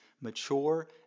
mature